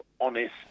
honest